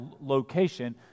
location